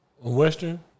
Western